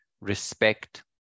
respect